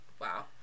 Wow